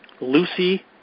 Lucy